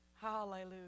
Hallelujah